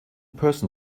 person